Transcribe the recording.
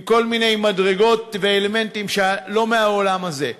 כל מיני מדרגות ואלמנטים שלא מהעולם הזה.